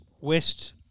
west